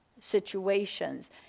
situations